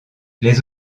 les